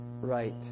right